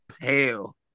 hell